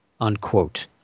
unquote